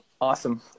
Awesome